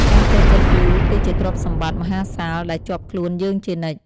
ការចេះគិតគូរគឺជាទ្រព្យសម្បត្តិមហាសាល ដែលជាប់ខ្លួនយើងជានិច្ច។